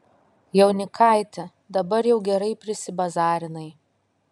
jaunikaiti dabar jau gerai prisibazarinai